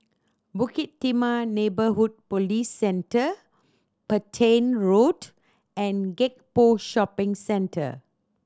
Bukit Timah Neighbourhood Police Centre Petain Road and Gek Poh Shopping Centre